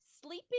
sleeping